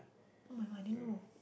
[oh]-my-god I didn't know